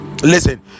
listen